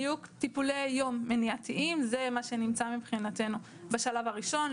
בדיוק טיפולי יום מניעתיים זה מה שנמצא מבחינתנו בשלב הראשון,